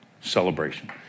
celebration